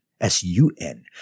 S-U-N